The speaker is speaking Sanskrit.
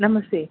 नमस्ते